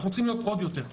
אנחנו צריכים עוד יותר,